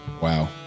Wow